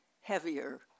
heavier